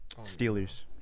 Steelers